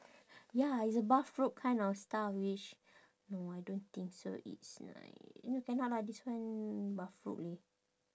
ya it's a bathrobe kind of style which no I don't think so it's nice no cannot lah this one bathrobe leh